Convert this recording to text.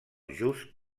just